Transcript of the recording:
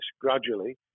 gradually